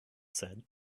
said